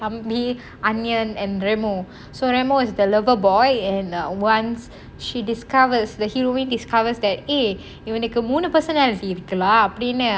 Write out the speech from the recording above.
ambi anniyan and remo so remo is the lover boy and err once she discovers the heroin discovers that !hey! இவனுக்கு மூணு:ivanukku moonu personality இருக்கு:irukku lah அப்படின்னு:appadinnu